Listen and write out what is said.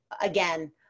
again